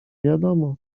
wiadomo